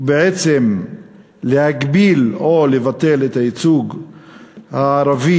ובעצם להגביל או לבטל את הייצוג הערבי